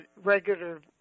regular